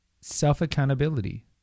self-accountability